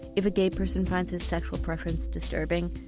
if a gay person finds his sexual preference disturbing,